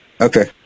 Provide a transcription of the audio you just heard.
Okay